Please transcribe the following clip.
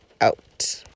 Out